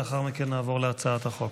לאחר מכן נעבור להצעת החוק.